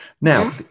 Now